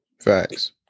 Facts